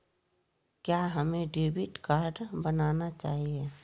क्या हमें debit card बनाना चाहिए?